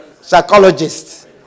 psychologist